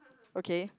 okay